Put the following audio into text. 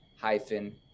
hyphen